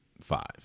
five